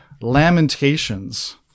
Lamentations